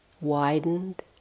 widened